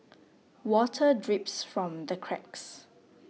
water drips from the cracks